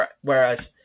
Whereas